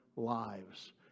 lives